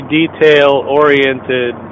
detail-oriented